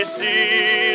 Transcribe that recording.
see